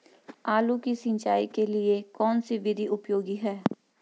आलू की सिंचाई के लिए कौन सी विधि उपयोगी है?